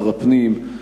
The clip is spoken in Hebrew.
שר הפנים,